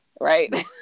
right